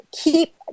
keep